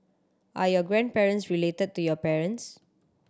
are your grandparents related to your parents